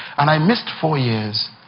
and i missed four years,